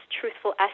truthful